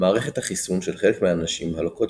- מערכת החיסון של חלק מהנשים הלוקות